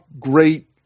great